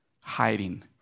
hiding